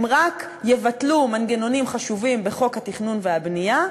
הם רק יבטלו מנגנונים חשובים בחוק התכנון והבנייה,